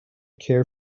care